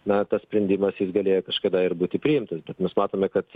na tas sprendimas jis galėjo kažkada ir būti priimtas bet mes matome kad